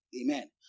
Amen